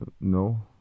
No